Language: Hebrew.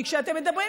כי כשאתם מדברים,